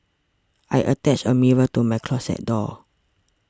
I attached a mirror to my closet door